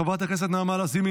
חברת הכנסת נעמה לזימי,